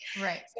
Right